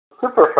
Super